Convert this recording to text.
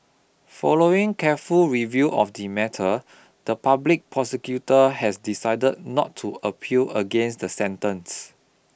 following careful review of the matter the public prosecutor has decided not to appeal against the sentence